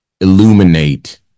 illuminate